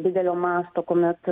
didelio masto kuomet